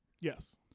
Yes